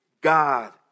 God